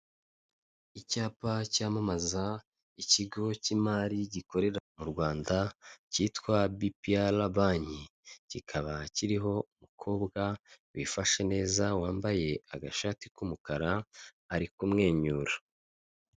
Icyapa cyamamaza ikigo cy'imari gikorera mu Rwanda, cyitwa BPR banki, kikaba kiriho umukobwa wifashe neza wambaye agashati k'umukara ari kumwenyura.